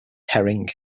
herring